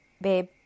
babe